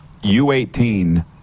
U18